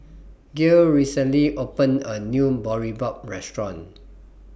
Gael recently opened A New Boribap Restaurant